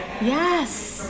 Yes